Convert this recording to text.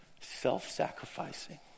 Self-sacrificing